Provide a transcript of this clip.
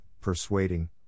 persuading